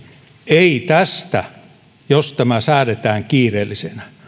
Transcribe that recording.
ei tästä jos tämä säädetään kiireellisenä